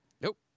Nope